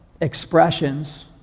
expressions